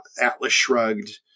Atlas-shrugged